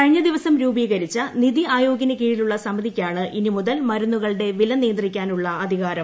കഴിഞ്ഞദിവസം രൂപീകരിച്ച നീതി ആയോഗിനുകീഴിലുള്ള സമിതിക്കാണ് ഇനിമുതൽ മരുന്നുകളുടെ വില നിയന്ത്രിക്കാനുള്ള അധികാരം